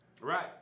Right